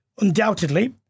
undoubtedly